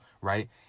Right